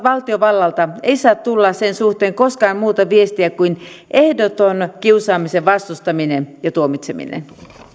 valtiovallalta ei saa tulla sen suhteen koskaan muuta viestiä kuin ehdoton kiusaamisen vastustaminen ja tuomitseminen